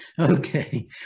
Okay